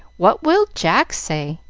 what will jack say?